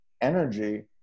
energy